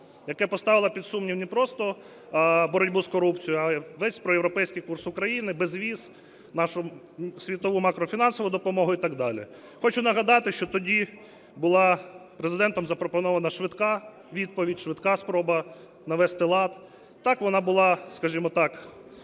яке поставило під сумнів не просто боротьбу з корупцією, а й весь проєвропейський курс України, безвіз, нашу світову макрофінансову допомогу і так далі. Хочу нагадати, що тоді була Президентом запропонована швидка відповідь, швидка спроба навести лад. Так, вона була, скажімо так,